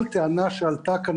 כל טענה שעלתה כאן,